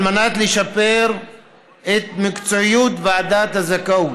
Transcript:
על מנת לשפר את מקצועיות ועדת הזכאות.